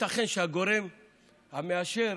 הם באו ואמרו: לא ייתכן שהגורם המאשר,